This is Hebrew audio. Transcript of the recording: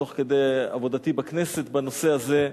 תוך כדי עבודתי בכנסת, בנושא הזה,